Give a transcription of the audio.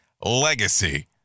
Legacy